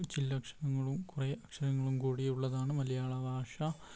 ചില്ലക്ഷരങ്ങളും കുറേ അക്ഷരങ്ങളും കൂടിയുള്ളതാണ് മലയാളഭാഷ